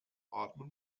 atmen